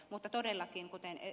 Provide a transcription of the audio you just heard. mutta todellakin kuten ed